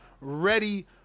ready